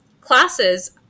classes